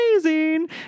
amazing